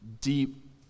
deep